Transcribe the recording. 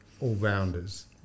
all-rounders